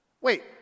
Wait